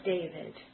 David